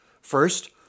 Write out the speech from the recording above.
First